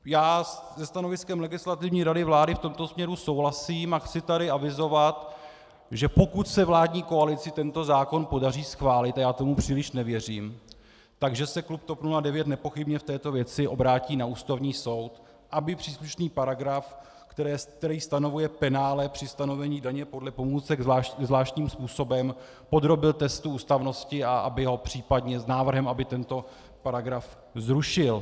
Já se stanoviskem Legislativní rady vlády v tomto směru souhlasím a chci tady avizovat, že pokud se vládní koalici tento zákon podaří schválit a já tomu příliš nevěřím že se klub TOP 09 nepochybně v této věci obrátí na Ústavní soud, aby příslušný paragraf, který stanovuje penále při stanovení daně podle pomůcek zvláštním způsobem, podrobil testu ústavnosti a případně aby tento paragraf zrušil.